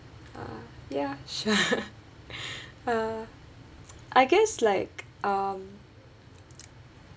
uh ya sure uh I guess like um